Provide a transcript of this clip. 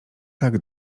tak